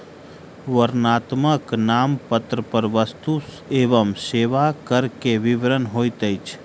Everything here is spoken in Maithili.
वर्णनात्मक नामपत्र पर वस्तु एवं सेवा कर के विवरण होइत अछि